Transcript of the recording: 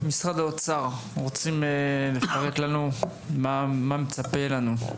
משרד האוצר רוצים לפרט לנו מה מצפה לנו.